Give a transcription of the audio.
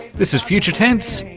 this is future tense,